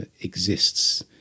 exists